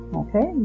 okay